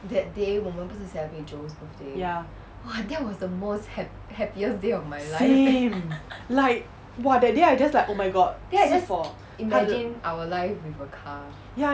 ya same like !wah! that day I just like oh my god 是 for 他的 ya